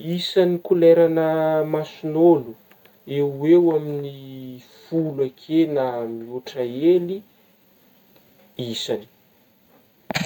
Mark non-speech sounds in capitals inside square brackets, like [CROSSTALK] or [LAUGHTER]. Isagny koleragna mason'ôlo, eo eo amin'ny folo akeo na miôtra hely isagny. [NOISE]